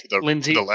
Lindsay